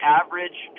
average